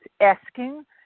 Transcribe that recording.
asking